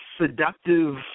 seductive